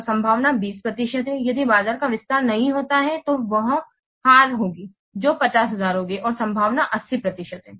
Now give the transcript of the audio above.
तो संभावना 20 प्रतिशत है यदि बाजार का विस्तार नहीं होता है तो वहां हार होगी जो 50000 होगी और संभावना 80 प्रतिशत है